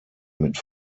mit